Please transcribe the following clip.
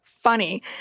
funny